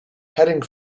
heading